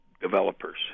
developers